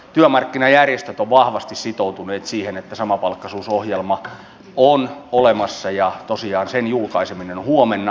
työmarkkinajärjestöt ovat vahvasti sitoutuneet siihen että samapalkkaisuusohjelma on olemassa ja tosiaan sen julkaiseminen on huomenna